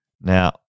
Now